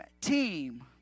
team